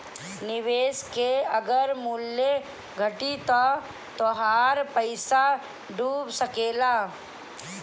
निवेश के अगर मूल्य घटी त तोहार पईसा डूब सकेला